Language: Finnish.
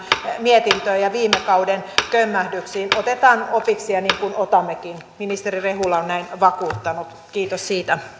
mietintöön ja viime kauden kömmähdyksiin otetaan opiksi niin kuin otammekin ministeri rehula on näin vakuuttanut kiitos siitä